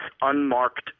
unmarked